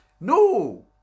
No